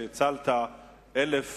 שהצלת 1,000